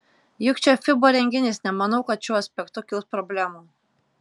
juk čia fiba renginys nemanau kad šiuo aspektu kils problemų